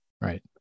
right